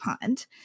pond